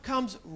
comes